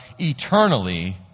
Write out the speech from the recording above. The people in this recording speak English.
eternally